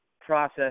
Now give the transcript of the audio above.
process